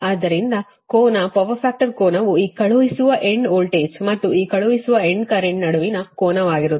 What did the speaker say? ಆದ್ದರಿಂದ ಕೋನ power factor ಕೋನವು ಈ ಕಳುಹಿಸುವ ಎಂಡ್ ವೋಲ್ಟೇಜ್ ಮತ್ತು ಈ ಕಳುಹಿಸುವ ಎಂಡ್ ಕರೆಂಟ್ ನಡುವಿನ ಕೋನವಾಗಿರುತ್ತದೆ